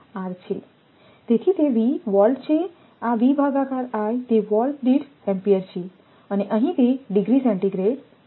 તેથી તે V volt છે આ V ભાગાકાર I તે વોલ્ટ દીઠ એમ્પીયર છે અને અહીં તે ડિગ્રી સેન્ટીગ્રેડ છે